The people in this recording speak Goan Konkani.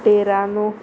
तेरानो